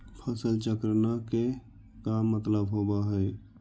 फसल चक्र न के का मतलब होब है?